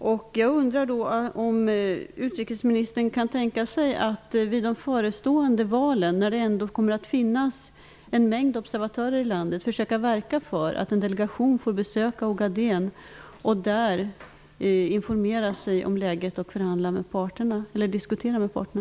Jag undrar om utrikesministern kan tänka sig att inför de förestående valen, då det kommer att finnas en mängd observatörer i landet, försöka verka för att en delegation kan få besöka Ogaden och där informera sig om läget och diskutera med parterna?